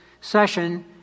session